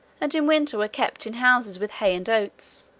and in winter were kept in houses with hay and oats,